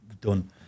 done